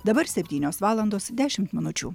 dabar septynios valandos dešimt minučių